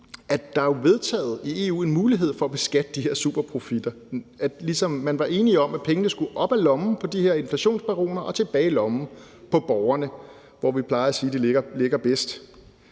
i EU er vedtaget en mulighed for at beskatte de her superprofitter. Man var enige om, at pengene skulle op af lommen på de her inflationsbaroner og tilbage i lommen på borgerne – hvor vi plejer at sige at de ligger bedst.